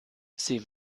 sie